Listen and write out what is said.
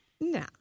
No